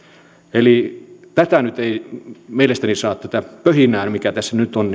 eli nyt ei mielestäni saa tätä pöhinää mikä tässä nyt on